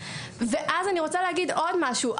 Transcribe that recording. אני רוצה להגיד עוד משהו.